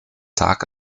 tag